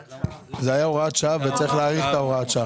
זה היה הוראת שעה וצריך להעיף את הוראת השעה.